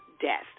death